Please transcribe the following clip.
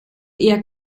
eher